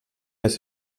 les